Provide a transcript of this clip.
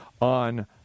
on